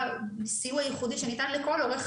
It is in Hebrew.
סיוע ייחודי שניתן לכל אורך